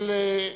(תיקון,